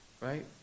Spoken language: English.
right